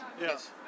Yes